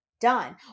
done